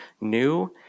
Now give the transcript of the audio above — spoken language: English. new